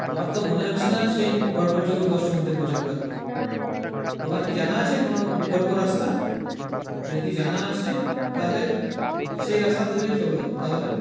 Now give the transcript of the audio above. আমার তো মনে হচ্ছে না সেই গড়পঞ্চকোট দশটার মধ্যে পৌঁছাতে পারবো তোমার কি জানা আছে কোন বিকল্প রাস্তা যদি জানা আছে তাহলে সেই রাস্তা ধরেই চলো তাহলে